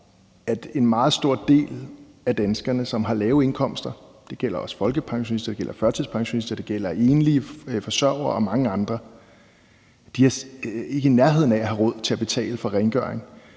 at en meget stor del af danskerne, som har lave indkomster – det gælder folkepensionister, det gælder førtidspensionister, det gælder enlige forsørgere og mange andre – ikke er i nærheden af at have råd til at betale for rengøring